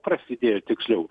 prasidėjo tiksliau